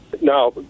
Now